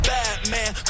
Batman